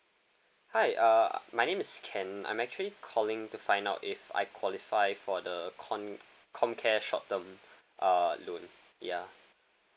hi uh my name is ken I'm actually calling to find out if I qualify for the com~ comcare short term uh loan ya